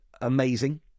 amazing